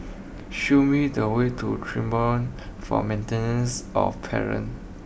show me the way to Tribunal for Maintenance of Parents